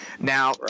Now